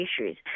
issues